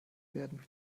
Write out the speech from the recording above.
werden